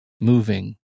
moving